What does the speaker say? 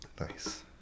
Nice